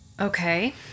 Okay